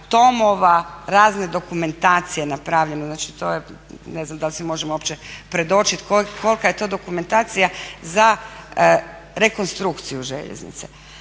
TOM-ova razne dokumentacije napravljeno. Znači to je, ne znam da li si možemo uopće predočiti kolika je to dokumentacija za rekonstrukciju željeznica.